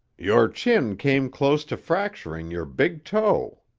your chin came close to fracturing your big toe,